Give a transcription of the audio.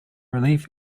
relief